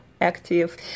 active